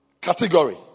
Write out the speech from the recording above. category